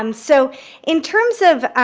um so in terms of